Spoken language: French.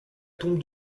tombe